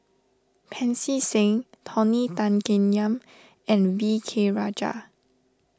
Pancy Seng Tony Tan Keng Yam and V K Rajah